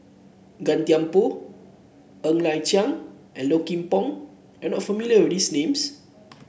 Gan Thiam Poh Ng Liang Chiang and Low Kim Pong are not familiar with these names